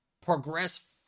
progress